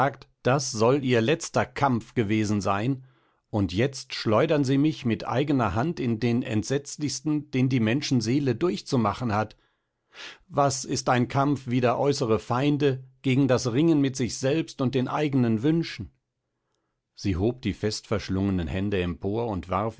das soll ihr letzter kampf gewesen sein und jetzt schleudern sie mich mit eigener hand in den entsetzlichsten den die menschenseele durchzumachen hat was ist ein kampf wider äußere feinde gegen das ringen mit sich selbst und den eigenen wünschen sie hob die festverschlungenen hände empor und warf